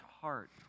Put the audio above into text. heart